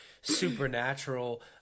supernatural